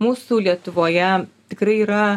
mūsų lietuvoje tikrai yra